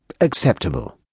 acceptable